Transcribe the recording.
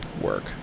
Work